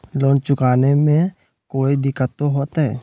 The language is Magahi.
लोन चुकाने में कोई दिक्कतों होते?